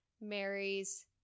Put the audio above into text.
marries